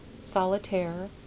solitaire